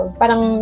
parang